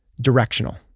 directional